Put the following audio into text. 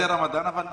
זה רמדאן, אבל נבוא.